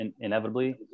inevitably